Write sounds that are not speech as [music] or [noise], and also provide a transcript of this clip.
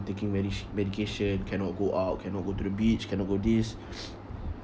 taking medi~ medication cannot go out cannot go to the beach cannot go this [noise]